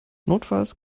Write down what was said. notfalls